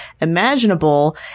imaginable